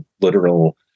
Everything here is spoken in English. literal